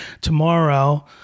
tomorrow